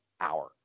hour